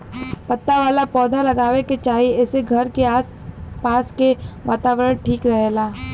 पत्ता वाला पौधा लगावे के चाही एसे घर के आस पास के वातावरण ठीक रहेला